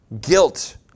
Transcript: Guilt